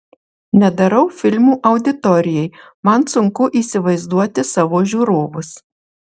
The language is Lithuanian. nedarau filmų auditorijai man sunku įsivaizduoti savo žiūrovus